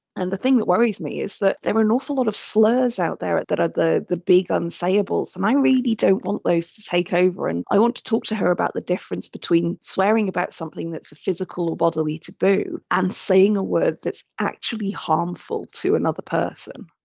and the thing that worries me is that there are an awful lot of slurs out there that are the the big unsayables, and i really don't want those to take over. and i want to talk to her about the difference between swearing about something that's a physical bodily taboo, and saying a word that's actually harmful to another person.